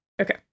okay